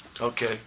Okay